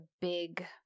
big